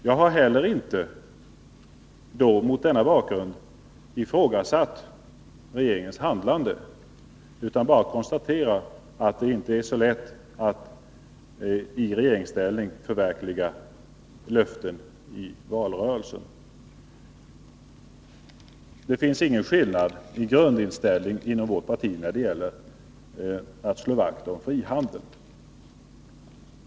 Jag har mot denna bakgrund heller inte ifrågasatt regeringens handlande, utan bara konstaterat att det inte är så lätt att i regeringsställning förverkliga löften i valrörelsen. Det finns ingen skillnad i grundinställning inom vårt parti när det gäller att slå vakt om frihandeln.